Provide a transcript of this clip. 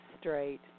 straight